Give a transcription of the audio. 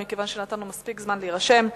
מכיוון שנתנו מספיק זמן להירשם.